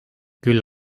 küll